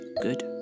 good